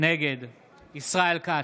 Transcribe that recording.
נגד ישראל כץ,